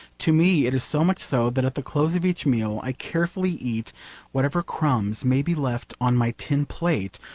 to me it is so much so that at the close of each meal i carefully eat whatever crumbs may be left on my tin plate,